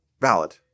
valid